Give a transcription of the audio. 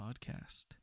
podcast